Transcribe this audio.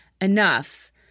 enough